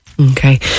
Okay